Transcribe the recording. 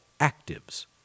actives